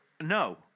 no